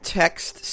text